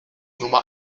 nummer